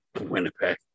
Winnipeg